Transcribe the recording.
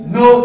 no